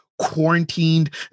quarantined